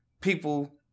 people